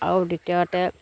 আৰু দ্বিতীয়তে